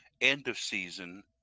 end-of-season